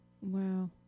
Wow